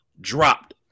dropped